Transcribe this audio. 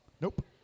nope